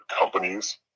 companies